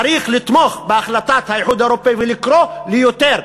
צריך לתמוך בהחלטת האיחוד האירופי ולקרוא ליותר.